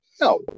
No